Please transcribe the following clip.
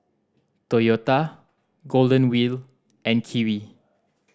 Toyota Golden Wheel and Kiwi